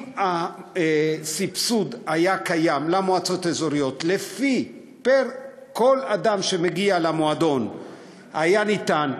אם הסבסוד למועצות האזוריות לפי כל אדם שמגיע למועדון היה ניתן ב-100%,